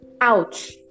Ouch